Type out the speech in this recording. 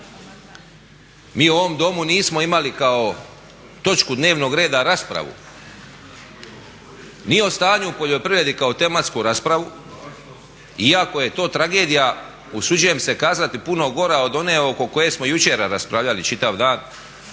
Mi u ovom Domu nismo imali kao točku dnevnog reda raspravu ni o stanju u poljoprivredi kao tematsku raspravu iako je to tragedija usuđujem se kazati puno gora od one oko koje smo jučer raspravljali čitav dan,